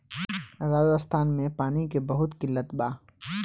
राजस्थान में पानी के बहुत किल्लत बा